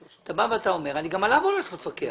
אתה אומר שגם עליו אתה הולך לפקח,